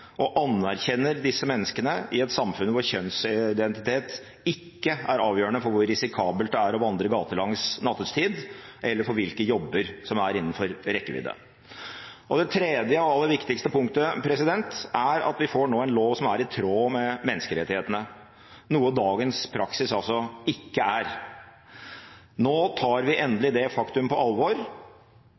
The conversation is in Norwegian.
og anerkjenner disse menneskene, i et samfunn hvor kjønnsidentitet ikke er avgjørende for hvor risikabelt det er å vandre gatelangs nattetid, eller for hvilke jobber som er innenfor rekkevidde. Det tredje og aller viktigste punktet er at vi nå får en lov som er i tråd med menneskerettighetene, noe dagens praksis ikke er. Nå tar vi endelig det faktum på alvor,